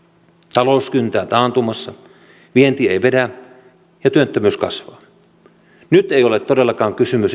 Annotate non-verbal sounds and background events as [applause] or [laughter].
talous kyntää taantumassa vienti ei vedä ja työttömyys kasvaa nyt ei ole todellakaan kysymys [unintelligible]